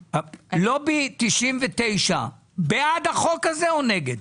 לובי 99 בעד החוק הזה או נגד?